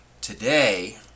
today